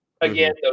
Again